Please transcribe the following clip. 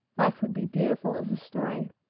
life would be beautiful as a story,